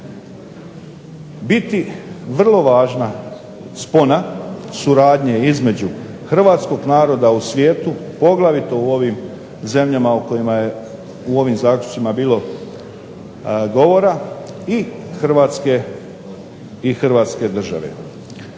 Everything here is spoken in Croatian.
biti vrlo važna spona suradnje između Hrvatskog naroda u svijetu, poglavito u ovim zemljama u kojima koje u ovim zaključcima bilo govora i Hrvatske države.